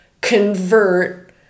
convert